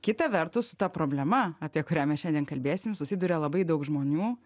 kita vertus su ta problema apie kurią mes šiandien kalbėsim susiduria labai daug žmonių